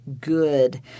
good